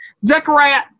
Zechariah